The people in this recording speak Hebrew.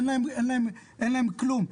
אין להם כלום.